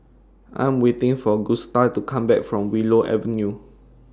I Am waiting For Gusta to Come Back from Willow Avenue